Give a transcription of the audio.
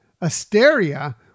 Asteria